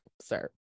sir